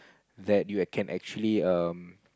that you can actually um